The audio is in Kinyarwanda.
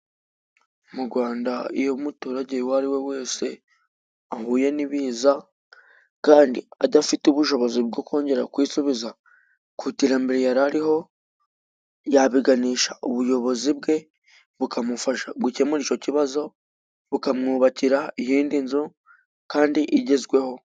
Mu Rwanda iyo umuturage uwo ari we wese ahuye n'ibiza, kandi adafite ubushobozi bwo kongera kwisubiza ku iterambere yari ariho, yagana ubuyobozi bwe bukamufasha gukemura icyo kibazo, bukamwubakira iyindi nzu, kandi igezweho.